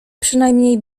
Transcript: przynajmniej